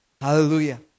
Hallelujah